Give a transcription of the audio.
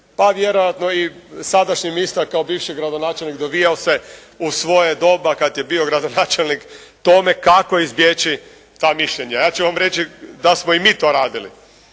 pa vjerojatno i sadašnji ministar kao bivši gradonačelnik dovijao se u svoje doba kad je bio gradonačelnik tome kako izbjeći ta mišljenja. Ja ću vam reći da smo i mi to radili,